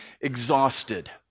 exhausted